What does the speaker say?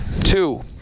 Two